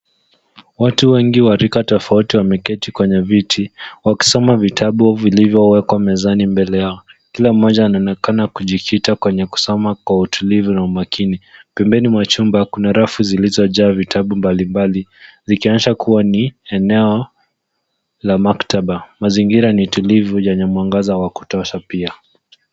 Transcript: Watu wengi wa rika tofauti wameketi kwenye viti wakisoma vitabu vilivyowekwa mezani mbele yao. Kila mmoja anaonekana kujikita kwenye kusoma kwa utulivu na umakini. Pembeni mwa chumba kuna rafu zilizojaa vitabu mbalimbali zikionyesha kuwa ni eneo la maktaba. Mazingira ni tulivu yenye mwangaza wa kutosha pia.